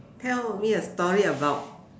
tell me a story about